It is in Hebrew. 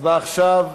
הצבעה עכשיו.